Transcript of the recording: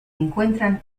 encuentran